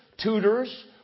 tutors